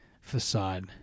facade